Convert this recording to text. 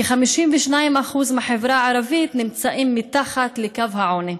כ-52% מהחברה הערבית נמצאים מתחת לקו העוני.